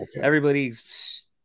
everybody's